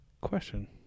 question